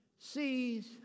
sees